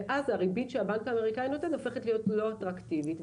ואז הריבית שהבנק האמריקאי נותן הופכת להיות לא אטרקטיבית,